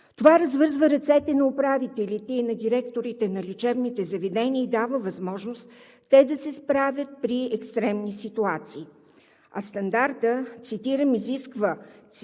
Това развързва ръцете на управителите и на директорите на лечебните заведения и дава възможност те да се справят при екстремни ситуации. Стандартът изисква,